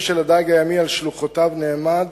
לשאול: מה נעשה כדי למגר תופעה זו?